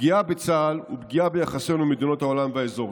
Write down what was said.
פגיעה בצה"ל ופגיעה ביחסינו עם מדינות העולם והאזור.